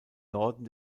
norden